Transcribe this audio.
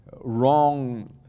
wrong